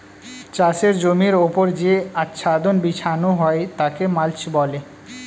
চাষের জমির ওপর যে আচ্ছাদন বিছানো হয় তাকে মাল্চ বলে